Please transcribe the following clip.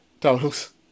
totals